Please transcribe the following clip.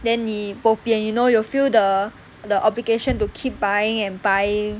then 你 bo pian you know you feel the the obligation to keep buying and buying